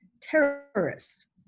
terrorists